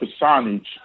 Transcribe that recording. personage